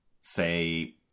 say